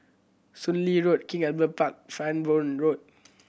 Soon Lee Road King Albert Park Farnborough Road